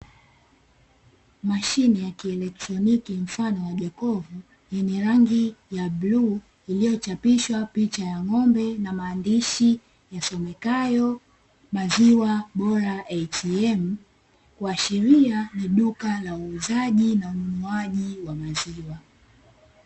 Mashine ya kielektroniki mfano wa jokofu yenye rangi ya bluu, iliyochapishwa picha ya ng'ombe na maandishi yasomekayo maziwa bora "ATM", kuashiria ni duka la uuzaji na ununuaji wa maziwa.